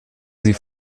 sie